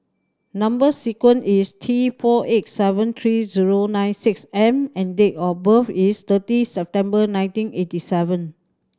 number sequence is T four eight seven three zero nine six M and date of birth is thirty September nineteen eighty seven